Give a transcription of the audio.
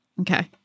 Okay